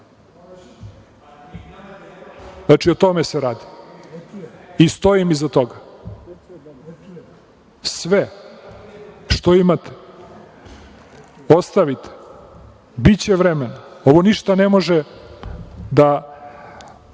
Znači, o tome se radi i stojim iza toga. Sve što imate ostavite, biće vremena, ovo ništa ne može da